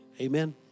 Amen